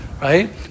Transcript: right